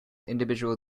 individual